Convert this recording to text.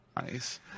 Nice